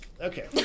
Okay